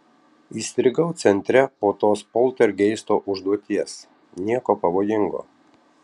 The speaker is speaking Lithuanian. įstrigau centre po tos poltergeisto užduoties nieko pavojingo